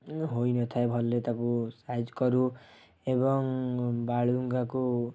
ହୋଇନଥାଏ ଭଲରେ ତାକୁ ସାଇଜ୍ କରୁ ଏବଂ ବାଳୁଙ୍ଗାକୁ